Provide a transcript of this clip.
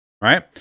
right